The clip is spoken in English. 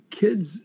kids